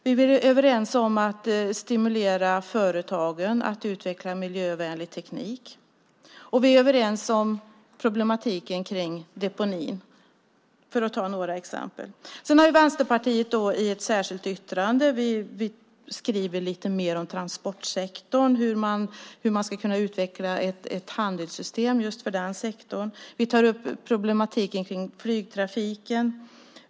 Vi är överens om att stimulera företagen att utveckla miljövänlig teknik och vi är överens om problematiken med deponin för att ta några exempel. Vänsterpartiet har i ett särskilt yttrande skrivit lite mer om transportsektorn och hur man ska kunna utveckla ett handelssystem för den sektorn. Vi tar upp problematiken med flygtrafiken.